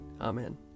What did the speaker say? Amen